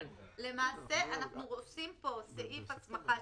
אנחנו עושים פה סעיף הסמכה,